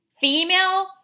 Female